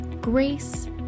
Grace